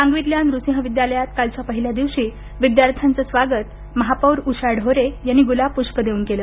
सांगवीतल्या नृसिंह विद्यालयात कालच्या पहिल्या दिवशी विद्यार्थ्यांचं स्वागत महापौर उषा ढोरे यांनी गुलाबपूष्प देऊन केलं